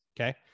Okay